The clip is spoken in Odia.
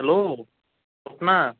ହ୍ୟାଲୋ ସ୍ୱପ୍ନା